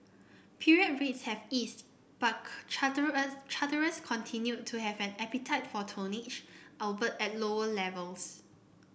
period rates have eased but charterers continued to have an appetite for tonnage albeit at lower levels